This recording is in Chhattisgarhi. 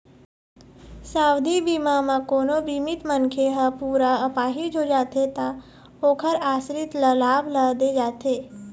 सावधि बीमा म कोनो बीमित मनखे ह पूरा अपाहिज हो जाथे त ओखर आसरित ल लाभ ल दे जाथे